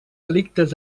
delictes